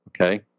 okay